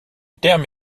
terme